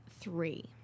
three